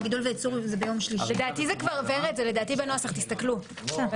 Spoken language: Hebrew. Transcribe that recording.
אני רק אעיר שלעניין הרישיונות יש לנו גם תיקונים עקיפים